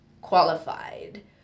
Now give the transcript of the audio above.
qualified